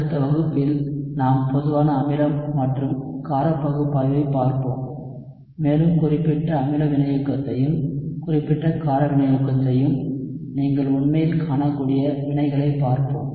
அடுத்த வகுப்பில் நாம் பொதுவான அமிலம் மற்றும் காரப் பகுப்பாய்வைப் பார்ப்போம் மேலும் குறிப்பிட்ட அமில வினையூக்கத்தையும் குறிப்பிட்ட கார வினையூக்கத்தையும் நீங்கள் உண்மையில் காணக்கூடிய வினைகளைப் பார்ப்போம்